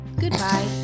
goodbye